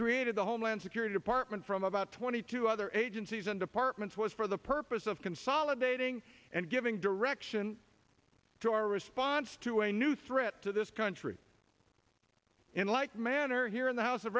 created the homeland security department from about twenty two other agencies and departments was for the purpose of consolidating and giving direction to our response to a new threat to this country in like manner here in the house